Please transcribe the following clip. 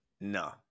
No